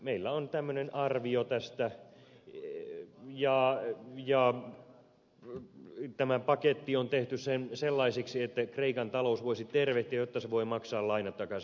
meillä on tämmöinen arvio tästä ja tämä paketti on tehty sellaiseksi että kreikan talous voisi tervehtyä jotta se voi maksaa lainat takaisin